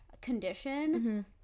condition